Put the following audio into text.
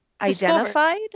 Identified